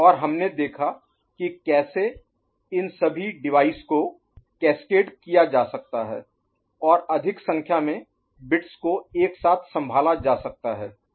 और हमने देखा कि कैसे इन सभी डिवाइस को कैस्केड किया जा सकता है और अधिक संख्या में बिट्स को एक साथ संभाला जा सकता है